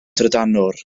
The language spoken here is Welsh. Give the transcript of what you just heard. drydanwr